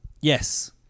Yes